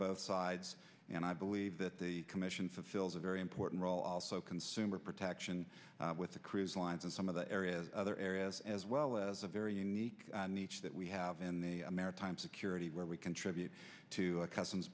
both sides and i believe that the commission fulfills a very important role also consumer protection with the cruise lines and some of the areas other areas as well as a very unique nature that we have in the maritime security where we contribute to customs